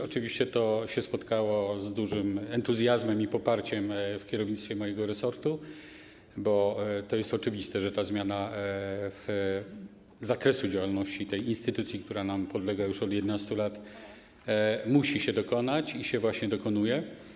Oczywiście to się spotkało z dużym entuzjazmem i poparciem w kierownictwie mojego resortu, bo to jest oczywiste, że zmiana zakresu działalności tej instytucji, która nam podlega już od 11 lat, musi się dokonać i właśnie się dokonuje.